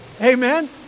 Amen